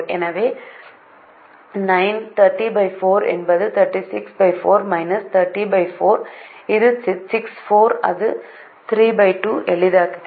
எனவே 9 304 என்பது 364 304 இது 64 இது 32 ஆக எளிதாக்குகிறது